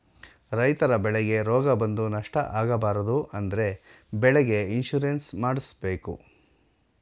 ರೈತರ ಬೆಳೆಗೆ ರೋಗ ಬಂದು ನಷ್ಟ ಆಗಬಾರದು ಅಂದ್ರೆ ಬೆಳೆಗೆ ಇನ್ಸೂರೆನ್ಸ್ ಮಾಡ್ದಸ್ಸಬೇಕು